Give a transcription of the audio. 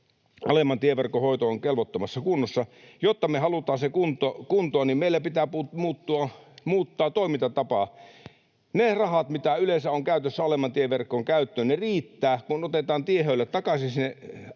Alemman tieverkon hoito on kelvottomassa kunnossa. Jos me halutaan se kuntoon, niin meidän pitää muuttaa toimintatapaa. Ne rahat, mitä yleensä on käytössä alemman tieverkon käyttöön, riittävät, kun otetaan tiehöylät takaisin sinne alemmalle